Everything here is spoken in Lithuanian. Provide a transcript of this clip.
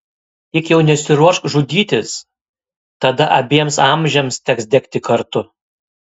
tik jau nesiruošk žudytis tada abiems amžiams teks degti kartu